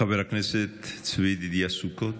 חבר הכנסת צבי ידידיה סוכות,